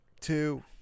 two